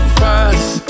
fast